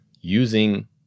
using